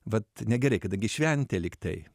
vat negerai kadangi šventė lygtai